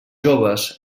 joves